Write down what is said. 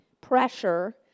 pressure